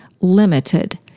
limited